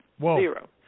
Zero